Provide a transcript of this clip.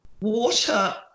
Water